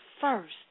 first